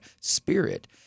spirit